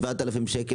7,000 שקל,